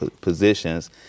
positions